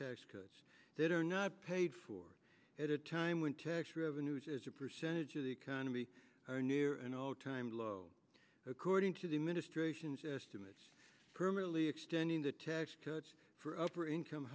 tax cuts that are not paid for at a time when tax revenues as a percentage of the economy are near an all time record the administration's estimates permanently extending the tax cuts for upper income